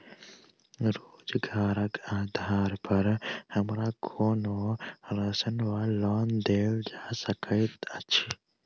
रोजगारक आधार पर हमरा कोनो ऋण वा लोन देल जा सकैत अछि?